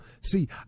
See